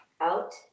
out